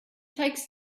takes